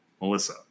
Melissa